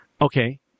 Okay